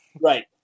Right